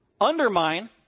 undermine